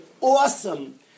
awesome